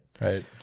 Right